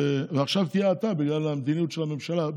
ועכשיו תהיה האטה בגלל המדיניות של הממשלה.